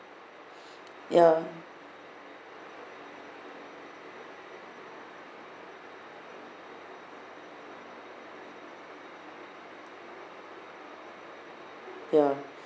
ya ya